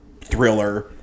thriller